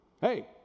Hey